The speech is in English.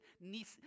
nice